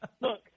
Look